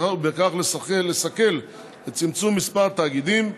ובכך לסכל את צמצום מספר התאגידים,